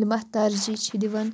یِم اَتھ ترجیح چھِ دِوان